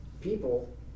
people